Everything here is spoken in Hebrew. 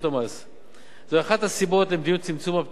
זוהי אחת הסיבות למדיניות צמצום הפטורים הקיימת בחוק מע"מ,